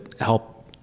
help